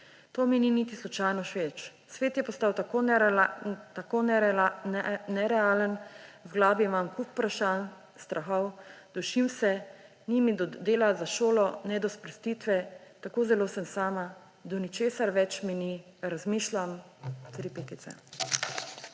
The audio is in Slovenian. To mi niti slučajno všeč. Svet je postal tako nerealen. V glavi imam kup vprašanj, strahov, dušim se, ni mi do dela za šolo ne do sprostitve, tako zelo sem sama, do ničesar več mi ni. Razmišljam ...